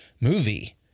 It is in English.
movie